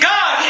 God